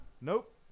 Nope